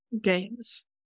games